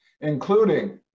including